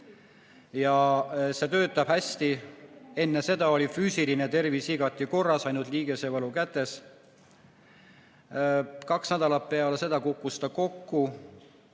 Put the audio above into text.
ja see töötab hästi. Enne seda oli füüsiline tervis igati korras, ainult liigesevalu kätes. Kaks nädalat peale seda kukkus ta kokku.